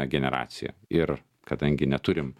generaciją ir kadangi neturim